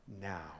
now